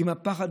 עם הפחד,